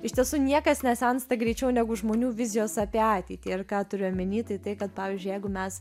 iš tiesų niekas nesensta greičiau negu žmonių vizijos apie ateitį ir ką turiu omeny tai tai kad pavyzdžiui jeigu mes